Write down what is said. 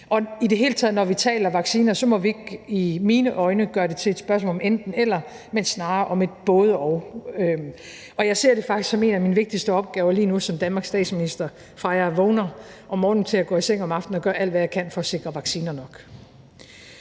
I det hele taget, når vi taler vacciner, må vi ikke i mine øjne gøre det til et spørgsmål om enten-eller, men snarere om et både-og. Jeg ser det faktisk som en af mine vigtigste opgaver lige nu som Danmarks statsminister, fra jeg vågner om morgenen, til jeg går i seng om aftenen, at gøre alt, hvad jeg kan, for at sikre vacciner nok.